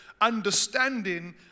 understanding